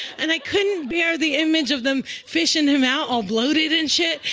and i couldn't bear the image of them fishing him out, all bloated and shit.